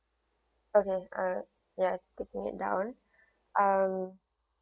okay uh ya taking it down um